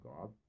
God